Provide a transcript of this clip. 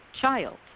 child